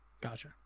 gotcha